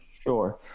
sure